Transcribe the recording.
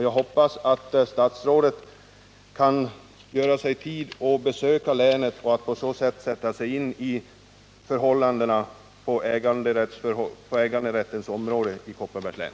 Jag hoppas att statsrådet kan ge sig tid att besöka länet och på så vis sätta sig in i förhållandena på äganderättens område i Kopparbergs län.